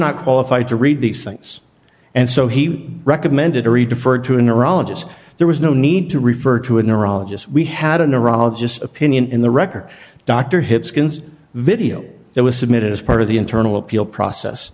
not qualified to read these things and so he recommended every defer to a neurologist there was no need to refer to a neurologist we had a neurologist opinion in the record dr hitz skins video that was submitted as part of the internal appeal process